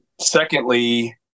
secondly